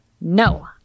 No